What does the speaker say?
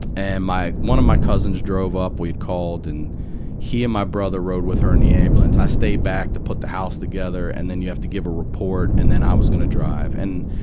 and my one of my cousins drove up. we'd called and he and my brother rode with her in the ambulance. i stayed back to put the house together and then you have to give a report and then i was gonna drive.